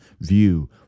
view